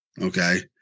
okay